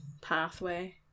pathway